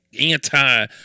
anti